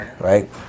Right